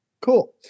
cool